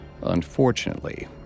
Unfortunately